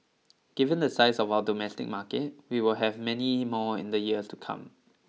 given the size of our domestic market we will have many more in the years to come